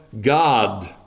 God